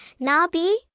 Nabi